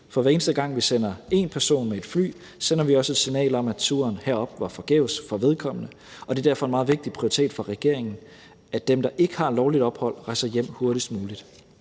For hver eneste gang vi sender en person med et fly, sender vi også et signal om, at turen herop var forgæves for vedkommende, og det er derfor en meget vigtig prioritet for regeringen, at dem, der ikke har et lovligt ophold, rejser hjem hurtigst muligt.